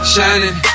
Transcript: Shining